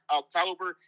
october